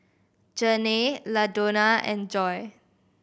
Janay Ladonna and Joye